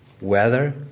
Weather